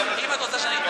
אם את רוצה שאני אתנצל,